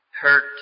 hurt